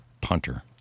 punter